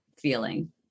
feeling